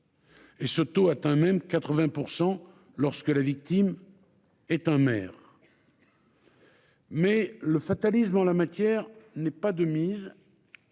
Ce taux atteint même 80 % lorsque la victime est un maire. Néanmoins, le fatalisme en la matière n'est pas et ne